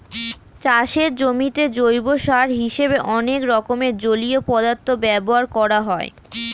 চাষের জমিতে জৈব সার হিসেবে অনেক রকম জলীয় পদার্থ ব্যবহার করা হয়